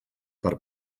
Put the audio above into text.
per